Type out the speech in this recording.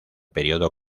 periodo